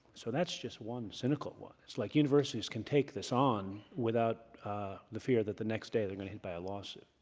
so that's just one cynical one. it's like universities can take this on without the fear that the next day they're getting hit by a lawsuit.